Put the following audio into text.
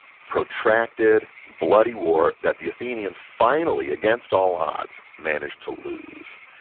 protracted, bloody war that the athenians finally, against all odds, managed to lose.